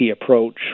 approach